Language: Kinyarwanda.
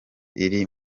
iri